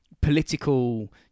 political